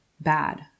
bad